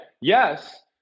yes